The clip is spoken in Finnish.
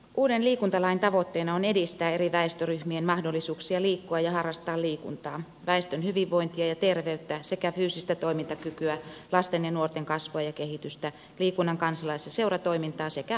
uuden liikuntalain tavoitteena on edistää eri väestöryhmien mahdollisuuksia liikkua ja harrastaa liikuntaa väestön hyvinvointia ja terveyttä sekä fyysistä toimintakykyä lasten ja nuorten kasvua ja kehitystä liikunnan kansalais ja seuratoimintaa sekä huippu urheilua